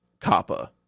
COPPA